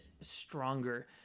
stronger